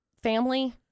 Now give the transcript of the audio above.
Family